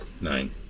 nine